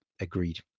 agreed